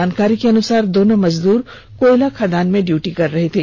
जानकारी के अनुसार दोनों मजदूर कोयला खदान मे ड्यूटी कर रहे थे